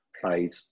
played